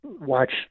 watch